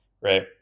right